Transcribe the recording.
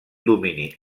domini